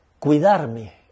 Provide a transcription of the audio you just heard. cuidarme